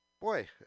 boy